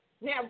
Now